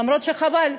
אף שחבל,